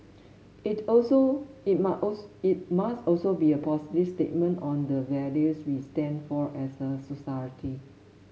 it also it must it must also be a positive statement on the values we stand for as a society